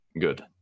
good